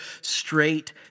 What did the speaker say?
straight